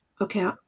okay